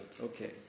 Okay